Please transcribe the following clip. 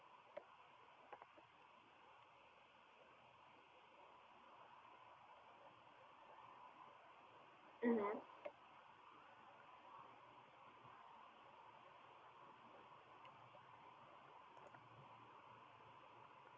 mmhmm